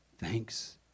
Thanks